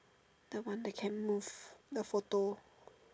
the one that can move the photo